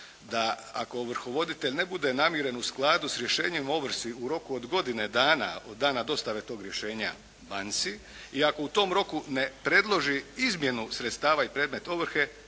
da ako ovrhovoditelj ne bude namiren u skladu s rješenjem o ovrsi u roku od godine dana od dana dostave tog rješenje banci i ako u tom roku ne predloži izmjenu sredstava i predmet ovrhe